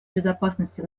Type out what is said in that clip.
безопасности